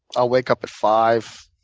i'll wake up at five.